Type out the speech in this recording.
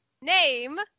Name